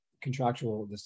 contractual